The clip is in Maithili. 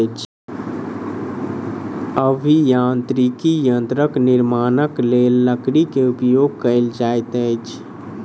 अभियांत्रिकी यंत्रक निर्माणक लेल लकड़ी के उपयोग कयल जाइत अछि